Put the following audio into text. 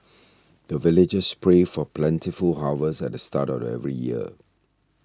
the villagers pray for plentiful harvest at the start of every year